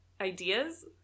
ideas